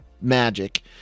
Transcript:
magic